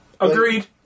agreed